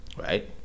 right